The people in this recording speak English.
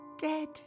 Dead